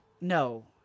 No